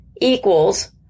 equals